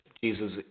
Jesus